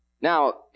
Now